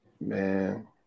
Man